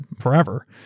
forever